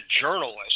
journalist